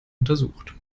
untersucht